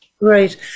Right